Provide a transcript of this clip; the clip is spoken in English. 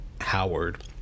Howard